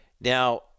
Now